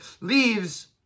leaves